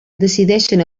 decideixen